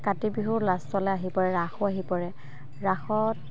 কাতি বিহু লাষ্টলৈ আহি পৰে ৰাসো আহি পৰে ৰাসত